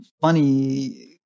funny